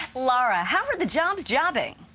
lara, how are the jobs jobbing?